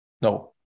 No